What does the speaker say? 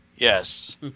Yes